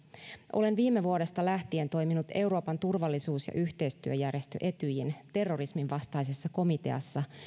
olen viime vuodesta lähtien toiminut euroopan turvallisuus ja yhteistyöjärjestö etyjin terrorisminvastaisessa komiteassa